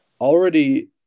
already